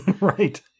Right